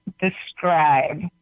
describe